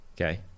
okay